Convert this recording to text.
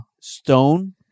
Stone